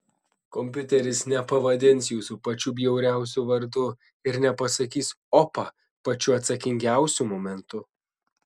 kompiuteris nepavadins jūsų pačiu bjauriausiu vardu ir nepasakys opa pačiu atsakingiausiu momentu